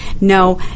No